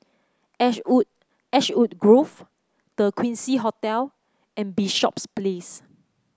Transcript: Ashwood Ashwood Grove The Quincy Hotel and Bishops Place